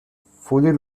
fully